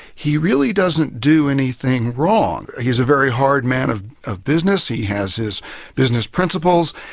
he really doesn't do anything wrong. he's a very hard man of of business, he has his business principles,